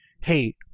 hey